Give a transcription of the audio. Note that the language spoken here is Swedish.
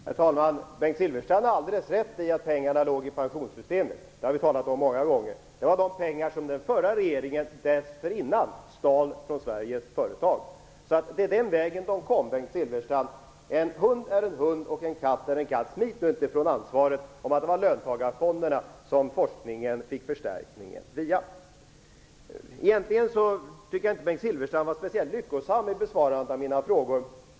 Herr talman! Bengt Silfverstrand har alldeles rätt i att pengarna låg i pensionssystemet. Det har vi många gånger talat om. Det var de pengar som den förra regeringen dessförinnan hade stulit från Sveriges företag. Det är på den vägen som de har kommit, Bengt Silfverstrand. En hund är en hund, och en katt är en katt. Fly inte från ansvaret att det var via löntagarfonderna som forskningen fick en förstärkning! Jag tycker egentligen inte att Bengt Silfverstrands besvarande av mina frågor var speciellt lyckosamt.